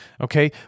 Okay